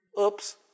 Oops